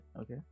okay